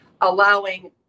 allowing